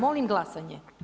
Molim glasanje.